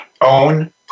own